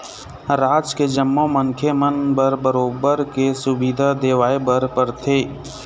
राज के जम्मो मनखे मन बर बरोबर के सुबिधा देवाय बर परथे